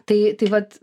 tai tai vat